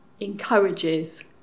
encourages